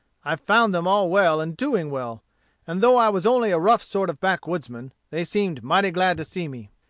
i found them all well and doing well and though i was only a rough sort of backwoodsman, they seemed mighty glad to see me,